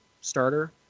starter